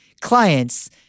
clients